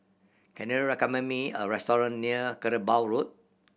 can you recommend me a restaurant near Kerbau Road